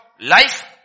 life